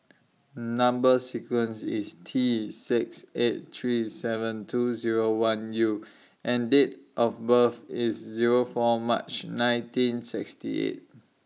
Number sequence IS T six eight three seven two Zero one U and Date of birth IS Zero four March nineteen sixty eight